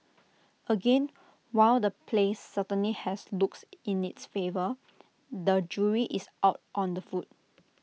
again while the place certainly has looks in its favour the jury is out on the food